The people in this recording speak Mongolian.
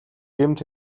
гэмт